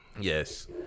Yes